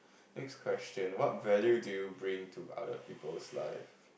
next question what value do you bring to other people's life